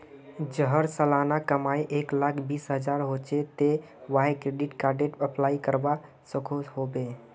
जहार सालाना कमाई एक लाख बीस हजार होचे ते वाहें क्रेडिट कार्डेर अप्लाई करवा सकोहो होबे?